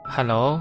Hello